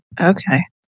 okay